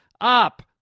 up